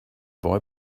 boy